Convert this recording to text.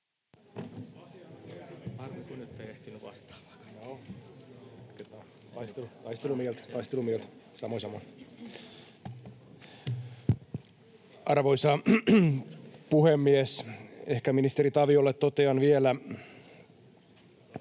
Arvoisa puhemies! Ehkä ministeri Taviolle totean vielä,